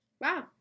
Wow